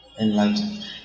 enlightened